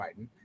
Biden